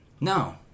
No